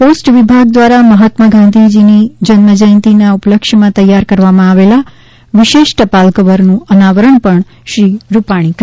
post વિભાગ દ્વારા મહાત્મા ગાંધી જન્મજયંતિ ઉપલક્ષ્યમાં તૈયાર કરવામાં આવેલા વિશેષ ટપાલ કવરનું અનાવરણ પણ શ્રી રૂપાણી કરવાના છે